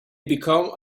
become